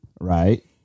Right